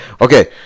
okay